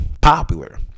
popular